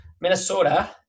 Minnesota